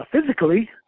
physically